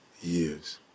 years